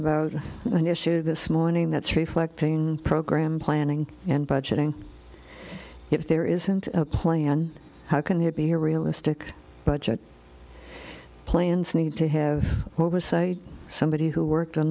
about an issue this morning that's reflecting program planning and budgeting if there isn't a plan how can he be here realistic budget plans need to have oversight somebody who worked